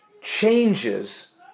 changes